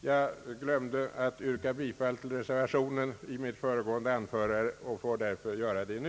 Jag glömde att yrka bifall till reservationen II i mitt föregående anförande och får därför göra det nu.